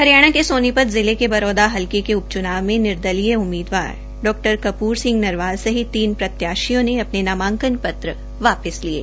हरियाणा के सोनीपत जिले के बरोदा हलके के उपच्नाव में निर्दलीय उम्मीदवार डॉ कपूर सिंह नरवाल सहित तीन प्रत्याशियों ने अपने नामांकन वापिस लिये